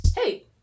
Hey